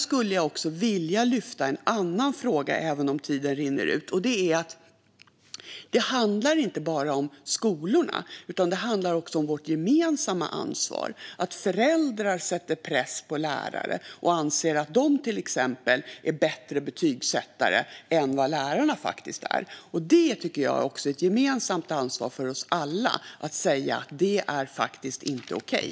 Även om min talartid rinner ut skulle jag vilja lyfta en annan fråga. Det handlar inte bara om skolorna, utan det handlar också om vårt gemensamma ansvar. Föräldrar sätter press på lärare och anser att de till exempel är bättre betygsättare än vad lärarna är. Jag tycker att det är ett gemensamt ansvar för oss alla att säga: Det är faktiskt inte okej.